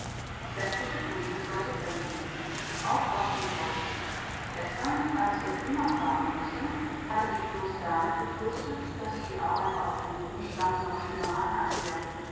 sämtliche frühstücksleute grinsen auch gottfried freut sich gestern als er dünger fahren mußte hat er sich bloß damit getröstet daß es die arbeiter auf dem rübenstande noch schlimmer hatten als er